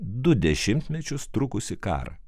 du dešimtmečius trukusį karą